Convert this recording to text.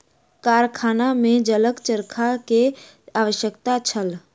कारखाना में जलक चरखा के आवश्यकता छल